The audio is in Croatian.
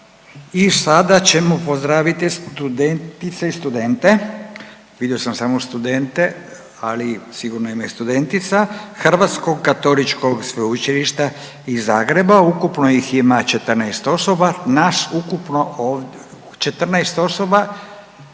I sada ćemo pozdraviti studentice i studente, vidio sam samo studente, ali sigurno ima i studentica, Hrvatskog katoličkog sveučilišta iz Zagreba, ukupno ih ima 14 osoba, nas ukupno ov…, 14 osoba